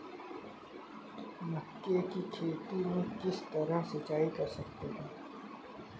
मक्के की खेती में किस तरह सिंचाई कर सकते हैं?